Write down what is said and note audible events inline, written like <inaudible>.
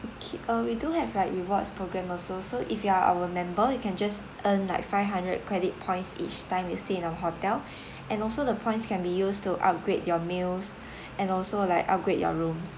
okay uh we do have like rewards programme also so if you are our member you can just earn like five hundred credit points each time you stay in our hotel and also the points can be used to upgrade your meals <breath> and also like upgrade your rooms